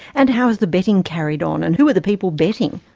and how's the betting carried on? and who are the people betting?